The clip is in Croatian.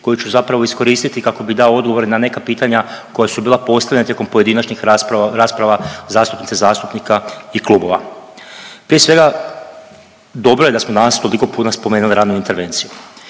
koju ću zapravo iskoristiti kako bi dao odgovore na neka pitanja koja su bila postavljena tijekom pojedinačnih rasprava zastupnica, zastupnika i klubova. Prije svega dobro je da smo danas toliko puno spomenuli ranu intervenciju.